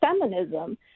feminism